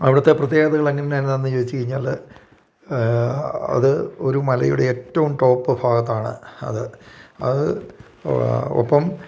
അവിടുത്തെ പ്രത്യേകതകൾ എങ്ങനെന്ന് ചോദിച്ച് കഴിഞ്ഞാൽ അത് ഒരു മലയുടെ ഏറ്റവും ടോപ്പ് ഭാഗത്താണ് അത് അത് ഒപ്പം